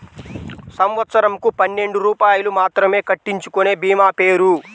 సంవత్సరంకు పన్నెండు రూపాయలు మాత్రమే కట్టించుకొనే భీమా పేరు?